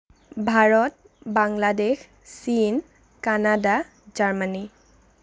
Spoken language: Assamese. ভাৰত বাংলাদেশ চীন কানাডা জাৰ্মানী